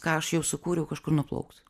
ką aš jau sukūriau kažkur nuplauks